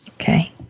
Okay